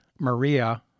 Maria